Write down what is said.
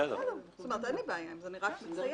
לי בעיה עם זה.